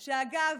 אגב,